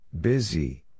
Busy